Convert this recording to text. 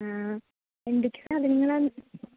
ആ എന്തൊക്കെ സാധനങ്ങളാണ്